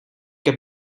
heb